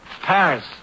Paris